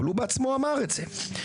אבל הוא בעצמו אמר את זה.